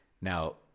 now